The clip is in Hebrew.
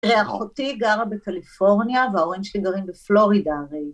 תראה, אחותי גרה בקליפורניה, וההורים שלי גרים בפלורידה, הרי...